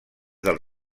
del